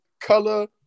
Color